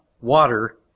water